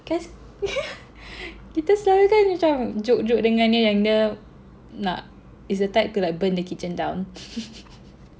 cause kita selalu kan macam joke joke dengan dia yang dia nak is the type to like burn the kitchen down